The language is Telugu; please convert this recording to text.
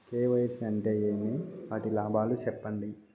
కె.వై.సి అంటే ఏమి? వాటి లాభాలు సెప్పండి?